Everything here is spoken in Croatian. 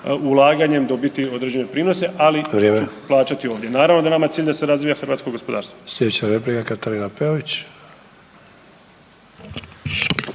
ulaganjem dobiti određene prinose, ali ću plaćati ovdje. Naravno da je nama cilj da se razvija hrvatsko gospodarstvo.